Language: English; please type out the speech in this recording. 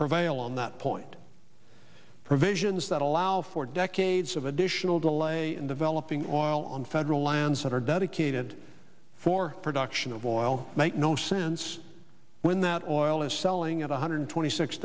prevail on that point provisions that allow for decades of additional delay in developing or oil on federal lands that are dedicated for production of oil make no sense when that oil is selling at one hundred twenty six